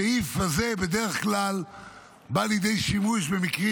הסעיף הזה בדרך כלל בא לידי שימוש במקרים